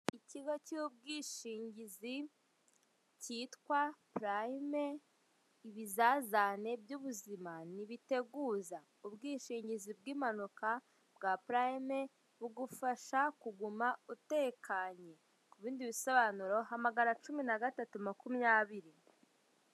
Ikigo cy'ubwishingizi cyitwa prime, ibizazane by'ubuzima ntibiteguza! Ubwishingizi bw'impanuka bwa prime, bugufasha kuguma utekanya. Ku bindi bisobanuri, hamagara cumi na gatatu, makumyabiri.